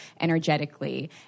energetically